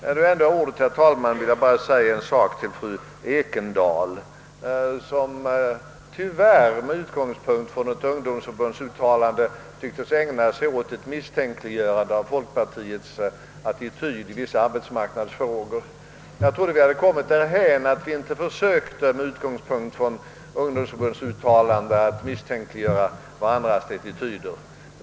När jag ändå har ordet, herr talman, vill jag också säga några ord till fru Ekendahl, som tyvärr med utgångspunkt från ett ungdomsförbunds uttalande tycktes ägna sig åt att misstänkliggöra folkpartiets attityd i vissa arbetsmarknadsfrågor. Jag trodde att vi hade kommit så långt att vi inte försökte att med utgångspunkt från uttalanden av ungdomsförbund misstänkliggöra varandras attityder.